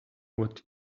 what